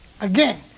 again